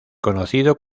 conocido